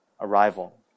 arrival